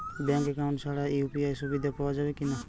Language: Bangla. ব্যাঙ্ক অ্যাকাউন্ট ছাড়া ইউ.পি.আই সুবিধা পাওয়া যাবে কি না?